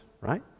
right